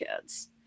kids